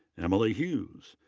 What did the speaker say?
emily hughes.